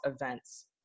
events